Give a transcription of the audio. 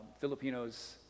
Filipinos